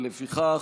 לפיכך,